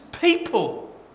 people